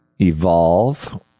evolve